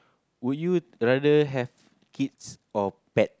would you rather have kids or pet